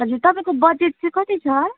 हजुर तपाईँको बजेट चाहिँ कति छ